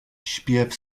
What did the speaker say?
śpiew